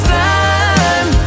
time